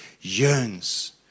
yearns